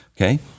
Okay